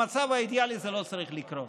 במצב האידיאלי זה לא צריך לקרות.